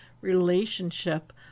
relationship